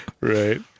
Right